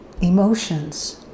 emotions